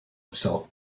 himself